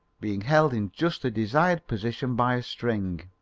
being held in just the desired position by a string.